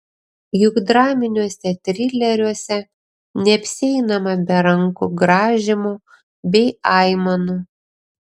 juk draminiuose trileriuose neapsieinama be rankų grąžymo bei aimanų